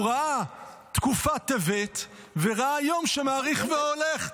הוא ראה תקופת טבת וראה יום שמאריך והולך,